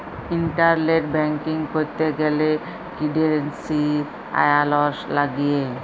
internet banking ক্যরতে গ্যালে credentials লাগিয়ে